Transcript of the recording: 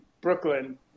Brooklyn